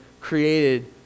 created